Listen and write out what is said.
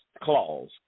clause